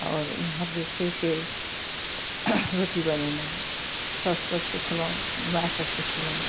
आओर एम्हर जे छै से रोटी बनेनाइ साउससँ सिखलहुँ माइसँ सिखलहुँ